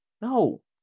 No